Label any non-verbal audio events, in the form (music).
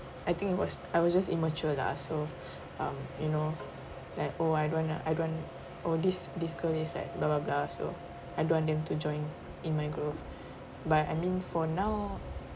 I think it was I was just immature lah so um you know like oh I don't want to I don't want oh this this girl is like (noise) also I don't want them to join in my group but I mean for now